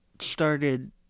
started